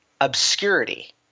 obscurity